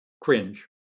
cringe